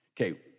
Okay